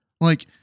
like-